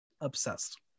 Obsessed